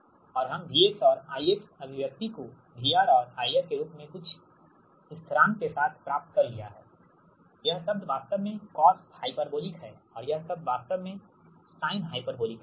और हम V और I अभिव्यक्ति को VR और IR के रूप में कुछ स्थिरांक के साथ प्राप्त कर लिया है यह शब्द वास्तव में कॉस हाइपरबोलिक है और यह शब्द वास्तव में साइन हाइपरबोलिक है